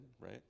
right